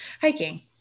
hiking